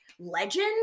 legend